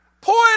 point